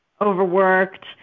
Overworked